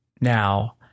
now